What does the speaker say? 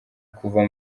kuva